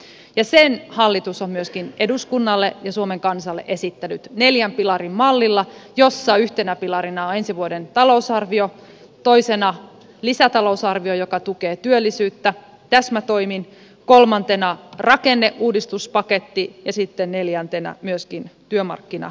ja sen hallitus on myöskin eduskunnalle ja suomen kansalle esittänyt neljän pilarin mallilla jossa yhtenä pilarina on ensi vuoden talousarvio toisena lisätalousarvio joka tukee työllisyyttä täsmätoimin kolmantena rakenneuudistuspaketti ja sitten neljäntenä myöskin työmarkkinaratkaisu